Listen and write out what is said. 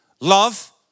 Love